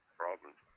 problems